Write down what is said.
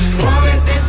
promises